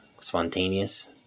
spontaneous